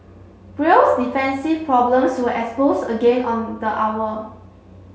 real's defensive problems were exposed again on the hour